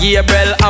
Gabriel